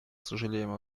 сожалеем